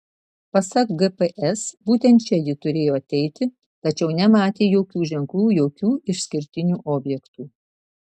pasak gps būtent čia ji turėjo ateiti tačiau nematė jokių ženklų jokių išskirtinių objektų